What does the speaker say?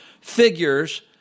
figures